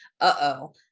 uh-oh